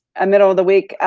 a middle of the week,